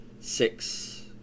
Six